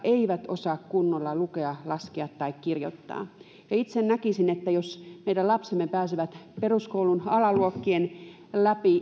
eivät osaa kunnolla lukea laskea tai kirjoittaa ja itse näkisin että jos meidän lapsemme pääsevät peruskoulun alaluokkien läpi